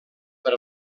per